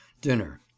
dinner